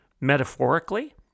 metaphorically